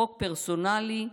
חוק פרסונלי,